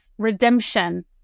redemption